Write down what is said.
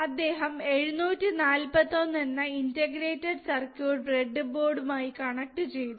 അദ്ദേഹം 741 എന്ന integrated circuit ബ്രെഡിബോര്ഡമായി കണക്റ്റുചെയ്തു